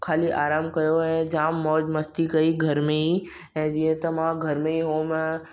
ख़ाली आरामु कयो ऐं जाम मौज मस्ती कई घर में ई ऐं जीअं त मां घर में ई हुअमि